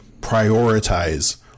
prioritize